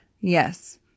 Yes